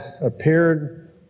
appeared